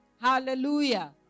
Hallelujah